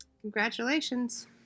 congratulations